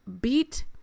beat